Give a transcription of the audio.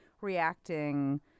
reacting